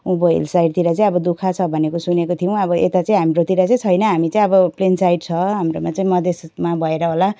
उँभो हिल साइडतिर चाहिँ अब दुःख छ भनेको सुनेको थियौँ अब यता चाहिँ हाम्रोतिर छैन हामी चाहिँ अब प्लेन साइड छ हाम्रोमा चाहिँ मधेसमा भएर होला